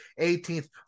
18th